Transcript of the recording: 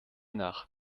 nach